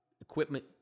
equipment